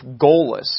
goalless